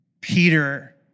Peter